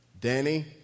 Danny